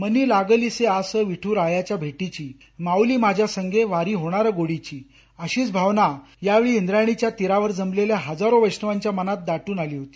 मनी लागलीसे आस विठ्रायाच्या भेटीची माउली माझ्या संगे वारी होणार गोडीची अशीच भावना यावेळी इंद्रायणीच्या तीरावर जमलेल्या हजारो वैष्णवांच्या मनात दाट्रन आली होती